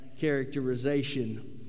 characterization